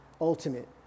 ultimate